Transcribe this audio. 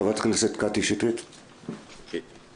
חברת הכנסת קטי שטרית, בבקשה.